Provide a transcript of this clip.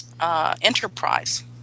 enterprise